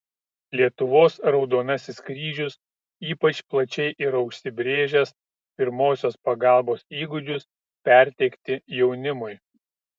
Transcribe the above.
lietuvos raudonasis kryžius ypač plačiai yra užsibrėžęs pirmosios pagalbos įgūdžius perteikti jaunimui